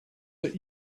that